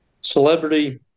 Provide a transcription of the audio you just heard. Celebrity